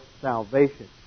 salvation